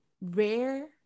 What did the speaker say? rare